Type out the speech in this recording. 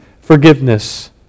forgiveness